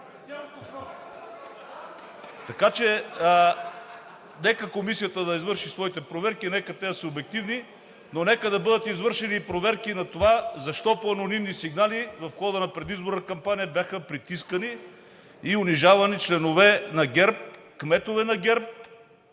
Така че нека комисията да извърши своите проверки и нека те да са обективни. Но нека да бъдат извършени проверки и на това защо по анонимни сигнали в хода на предизборната кампания бяха притискани и унижавани членове на ГЕРБ, кметове на ГЕРБ